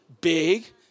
big